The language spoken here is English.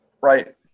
right